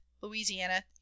Louisiana